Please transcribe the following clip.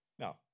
Now